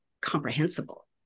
comprehensible